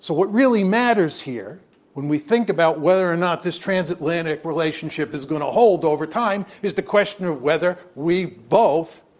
so what really matters here when we think about whether or not this transatlantic relationship is going to hold over time is the question of whether we both,